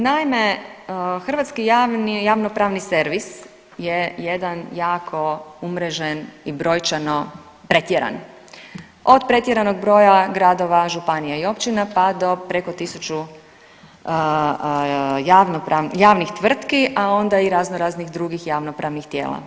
Naime, hrvatski javnopravni servis je jedan jako umrežen i brojčano pretjeran, od pretjeranog broja gradova, županija i općina pa do preko tisuću javnih tvrtki, a onda i raznoraznih drugih javnopravnih tijela.